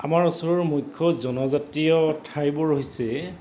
আমাৰ ওচৰৰ মুখ্য জনজাতীয় ঠাইবোৰ হৈছে